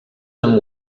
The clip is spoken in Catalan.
amb